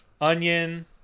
onion